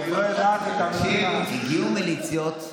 הגיעו מליציות,